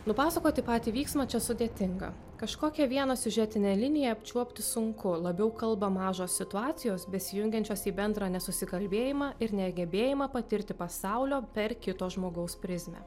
nupasakoti patį vyksmą čia sudėtinga kažkokią vieną siužetinę liniją apčiuopti sunku labiau kalba mažos situacijos besijungiančios į bendrą nesusikalbėjimą ir negebėjimą patirti pasaulio per kito žmogaus prizmę